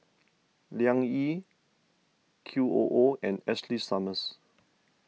Liang Yi Q O O and Ashley Summers